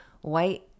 white